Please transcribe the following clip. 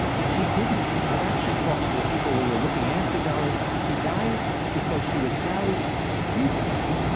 but she didn't. i've actually talked to the people who were looking after dolly, she died because she was housed, stupidly,